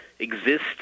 exist